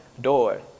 door